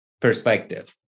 perspective